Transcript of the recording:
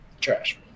Trash